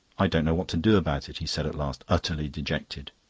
i don't know what to do about it, he said at last, utterly dejected.